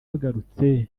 bagarutse